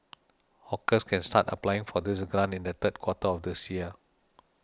hawkers can start applying for this grant in the third quarter of this year